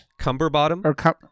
Cumberbottom